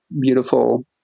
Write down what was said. beautiful